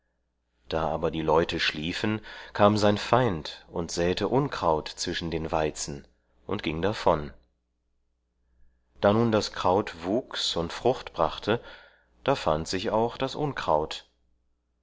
da aber die leute schliefen kam sein feind und säte unkraut zwischen den weizen und ging davon da nun das kraut wuchs und frucht brachte da fand sich auch das unkraut